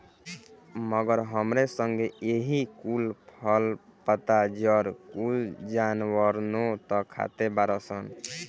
मगर हमरे संगे एही कुल फल, पत्ता, जड़ कुल जानवरनो त खाते बाड़ सन